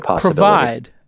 provide